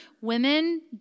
women